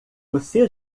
você